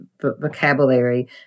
vocabulary